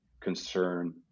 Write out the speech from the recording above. concern